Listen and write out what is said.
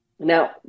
Now